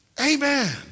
Amen